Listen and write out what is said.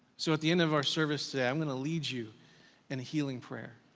so at the end of our service today, i'm gonna lead you in a healing prayer.